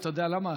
אתה יודע למה?